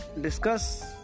discuss